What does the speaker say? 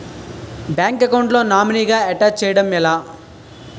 Bank account లో నామినీగా attach చేయడం ఎలా?